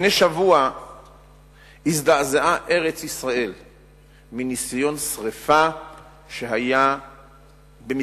לפני שבוע הזדעזעה ארץ-ישראל מניסיון שרפה במסגד,